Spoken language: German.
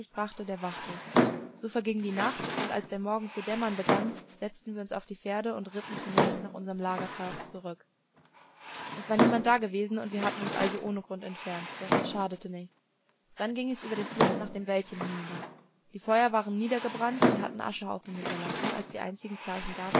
brachte der wachte so verging die nacht und als der morgen zu dämmern begann setzten wir uns auf die pferde und ritten zunächst nach unserem lagerplatz zurück es war niemand dagewesen und wir hatten uns also ohne grund entfernt doch das schadete nichts dann ging es über den fluß nach dem wäldchen hinüber die feuer waren niedergebrannt und hatten aschenhaufen hinterlassen als die einzigen zeichen davon